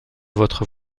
votre